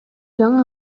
жаңы